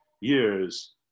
years